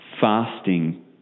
fasting